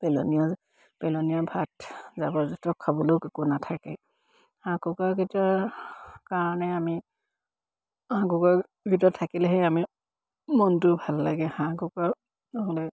পেলনীয়া ভাত জাবৰ জোঁথৰ খাবলৈও এক একো নাথাকে হাঁহ কুকুৰাকিটাৰ কাৰণে আমি হাঁহ কুকৰাকিটা থাকিলেহে আমি মনটোও ভাল লাগে হাঁহ কুকৰা হ'লে